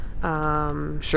Sure